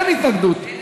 אין התנגדות.